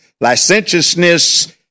licentiousness